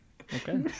Okay